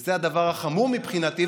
וזה הדבר החמור מבחינתי,